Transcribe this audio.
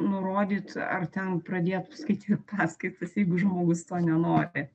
nurodyt ar ten pradėt skaityt paskaitas jeigu žmogus to nenori